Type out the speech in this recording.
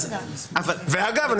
אגב,